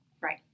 Right